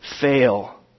fail